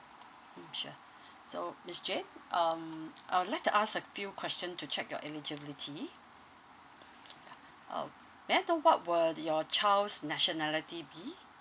mm sure so miss jane um I would like to ask a few question to check your eligibility um may I know what will your child's nationality be